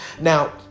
Now